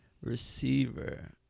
Receiver